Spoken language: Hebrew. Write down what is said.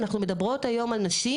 אנחנו מדברות היום על נשים,